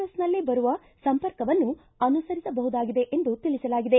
ಎಸ್ನಲ್ಲಿ ಬರುವ ಸಂಪರ್ಕವನ್ನು ಅನುಸರಿಸಬಹುದಾಗಿದೆ ಎಂದು ತಿಳಿಸಲಾಗಿದೆ